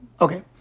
Okay